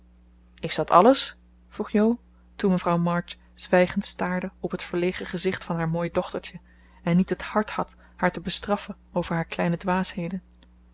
is dat alles vroeg jo toen mevrouw march zwijgend staarde op het verlegen gezicht van haar mooi dochtertje en niet het hart had haar te bestraffen over haar kleine dwaasheden